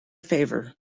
favor